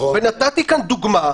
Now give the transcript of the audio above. נתתי כאן דוגמה,